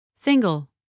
Single